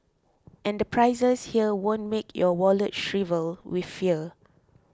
and the prices here won't make your wallet shrivel with fear